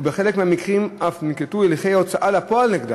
ובחלק מהמקרים אף ננקטו הליכי הוצאה לפועל נגדם.